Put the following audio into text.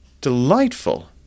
Delightful